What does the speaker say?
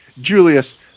julius